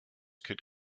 could